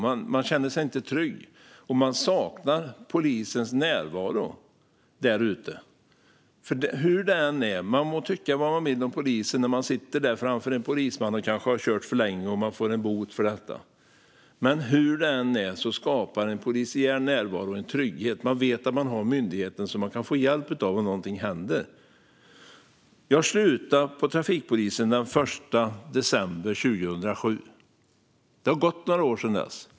De känner sig inte trygga, och de saknar polisens närvaro. Man må tycka vad man vill om poliser när man sitter framför en polisman efter att ha kört för länge och kanske får en bot för detta, men hur det än är skapar en polisiär närvaro en trygghet. Man vet att man har en myndighet som man kan få hjälp av om någonting händer. Jag slutade vid trafikpolisen den 1 december 2007. Det har gått några år sedan dess.